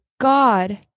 God